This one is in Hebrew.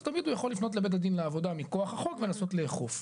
אז תמיד הוא יכול לפנות לבית הדין לעבודה מכוח החוק ולנסות לאכוף.